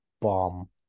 bomb